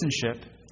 citizenship